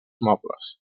mobles